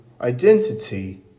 identity